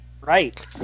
Right